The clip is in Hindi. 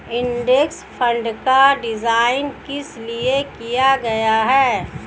इंडेक्स फंड का डिजाइन किस लिए किया गया है?